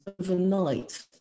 overnight